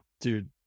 Dude